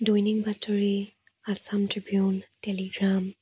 দৈনিক বাতৰি Assam Tribune Telegram